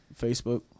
Facebook